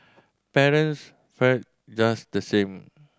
parents fared just the same